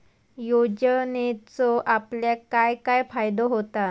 योजनेचो आपल्याक काय काय फायदो होता?